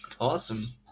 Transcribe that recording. awesome